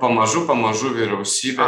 pamažu pamažu vyriausybė